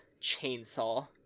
chainsaw